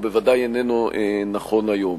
הוא בוודאי איננו נכון היום.